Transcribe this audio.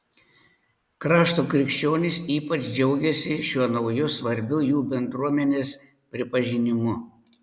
krašto krikščionys ypač džiaugiasi šiuo nauju svarbiu jų bendruomenės pripažinimu